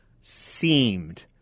seemed –